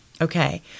Okay